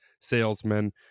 salesmen